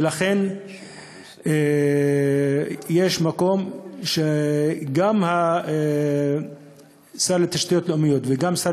ולכן יש מקום שגם שר התשתיות הלאומית וגם השר